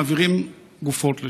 מעבירים גופות לשם.